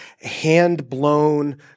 hand-blown